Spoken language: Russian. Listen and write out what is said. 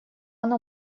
оно